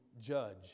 judge